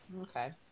Okay